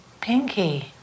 Pinky